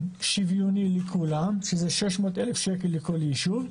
באופן שוויוני לכולם, שזה 600 אלף שקל לכל ישוב,